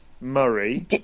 Murray